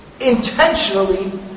intentionally